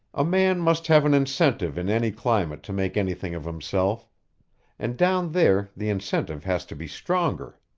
a man must have an incentive in any climate to make anything of himself and down there the incentive has to be stronger.